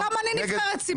אבל גם אני נבחרת ציבור,